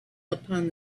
upon